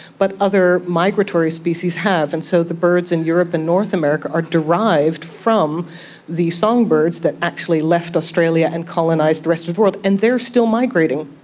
but other migratory species have. and so the birds in europe and north america are derived from the songbirds that actually left australia and colonised the rest of the world, and they are still migrating.